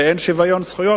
ואין שוויון זכויות,